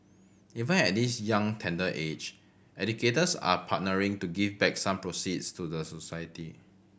even at this young tender age educators are partnering to give back some proceeds to the society